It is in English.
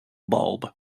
bulb